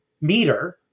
meter